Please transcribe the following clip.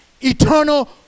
eternal